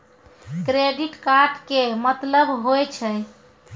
Credit card के मतलब होय छै?